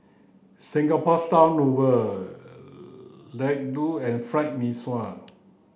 Singapore style laddu and fried mee sua